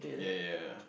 ya ya ya ya